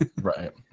Right